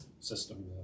system